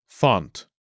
Font